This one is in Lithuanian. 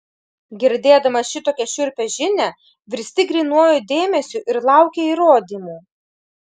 girdėdamas šitokią šiurpią žinią virsti grynuoju dėmesiu ir lauki įrodymų